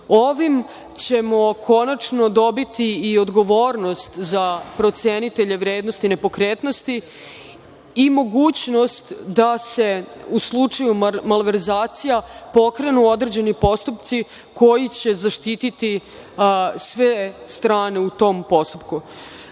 Ovim ćemo konačno dobiti i odgovornost za procenitelje vrednosti nepokretnosti i mogućnost da se u slučaju malverzacija pokrenu određeni postupci koji će zaštiti sve strane u tom postupku. Nadamo